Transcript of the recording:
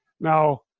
Now